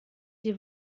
sie